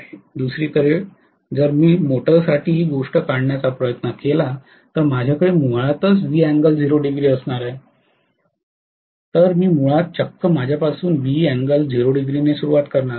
दुसरीकडे जर मी मोटरसाठी ही गोष्ट काढण्याचा प्रयत्न केला तर माझ्याकडे मुळातच असणार आहे तर मी मुळात चक्क माझ्यापासून ने सुरुवात करणार आहे